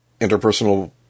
interpersonal